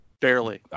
barely